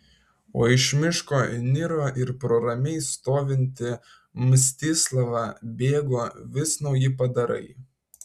o iš miško niro ir pro ramiai stovintį mstislavą bėgo vis nauji padarai